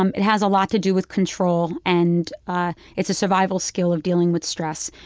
um it has a lot to do with control, and ah it's a survival skill of dealing with stress.